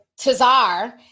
tazar